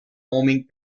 homing